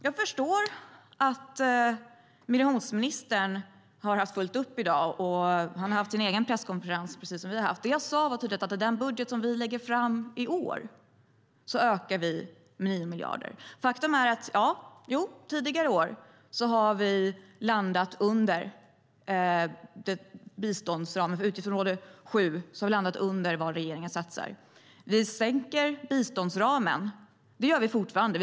Jag förstår att migrationsministern har haft fullt upp i dag. Han har haft sin egen presskonferens, precis som vi har haft. I den budget vi lägger fram i år ökar vi summan med 9 miljarder. Jo, tidigare år har vi landat under biståndsramen. För utgiftsområde 7 har vi landat under vad regeringen satsar. Vi sänker fortfarande biståndsramen.